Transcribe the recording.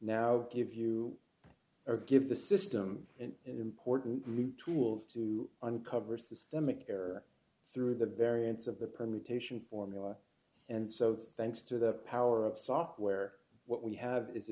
now give you or give the system an important tool to uncover systemic air through the variance of the permutation formula and so thanks to the power of software what we have is a